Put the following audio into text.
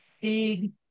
big